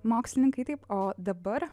mokslininkai taip o dabar